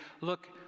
Look